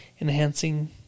enhancing